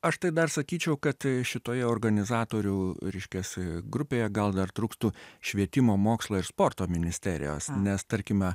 aš tai dar sakyčiau kad šitoje organizatorių reiškias grupėje gal dar trūktų švietimo mokslo ir sporto ministerijos nes tarkime